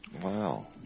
Wow